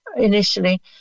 initially